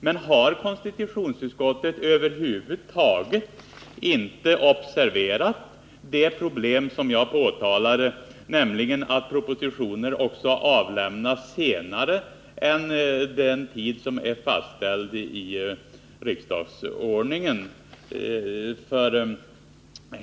Men har konstitutionsutskottet över huvud taget inte observerat det problem som jag påtalade, nämligen att propositioner också avlämnats senare än vad som är fastställt i riksdagsordningen?